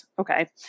Okay